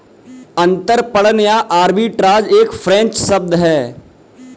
अंतरपणन या आर्बिट्राज एक फ्रेंच शब्द है